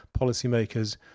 policymakers